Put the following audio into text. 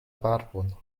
barbon